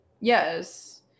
Yes